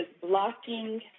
blocking